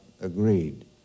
agreed